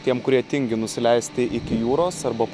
tiem kurie tingi nusileisti iki jūros arba